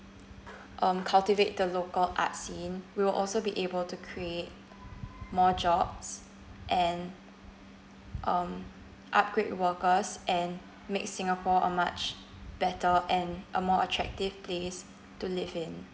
um cultivate the local art scene we will also be able to create more jobs and um upgrade workers and make singapore a much better and a more attractive place to live in